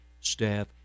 staff